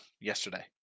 yesterday